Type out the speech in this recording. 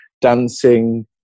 dancing